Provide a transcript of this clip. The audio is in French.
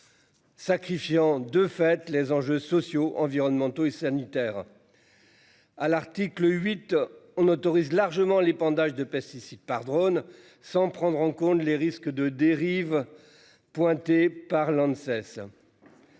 Sacrifiant de fait les enjeux sociaux, environnementaux et sanitaires. À l'article 8, on autorise largement l'épandage de pesticides par drone sans prendre en compte les risques de dérives. Pointées par.